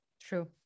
True